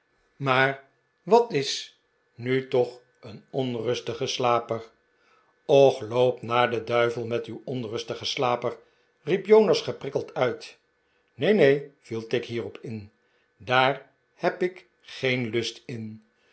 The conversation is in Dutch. maar wat is nu toch een onrustige slaper och loop naar den duivel met uw onrustigen slaper riep jonas geprikkeld uit tj neen neen viel tigg hierop in r daar heb ik geen lust in